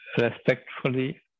respectfully